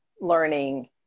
learning